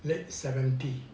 late seventy